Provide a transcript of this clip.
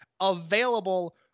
available